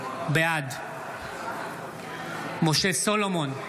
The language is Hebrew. בעד משה סולומון,